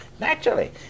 Naturally